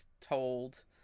told